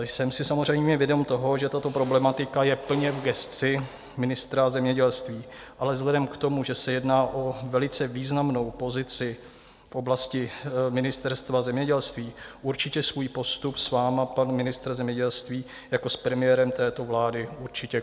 Jsem si samozřejmě vědom toho, že tato problematika je plně v gesci ministra zemědělství, ale vzhledem k tomu, že se jedná o velice významnou pozici v oblasti Ministerstva zemědělství, určitě svůj postup s vámi pan ministr zemědělství jako s premiérem této vlády koordinuje.